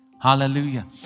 Hallelujah